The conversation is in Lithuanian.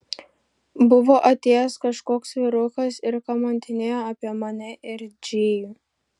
buvo atėjęs kažkoks vyrukas ir kamantinėjo apie mane ir džėjų